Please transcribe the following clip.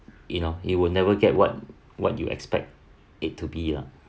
you know you will never get what what you expect it to be lah